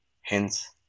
hence